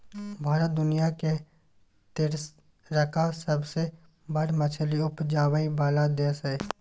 भारत दुनिया के तेसरका सबसे बड़ मछली उपजाबै वाला देश हय